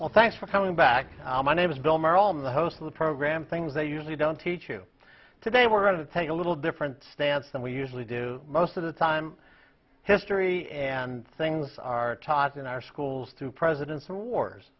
well thanks for coming back my name is bill maher on the host of the program things they usually don't teach you today we're going to take a little different stance than we usually do most of the time history and things are taught in our schools to presidents in wars